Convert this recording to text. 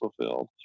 fulfilled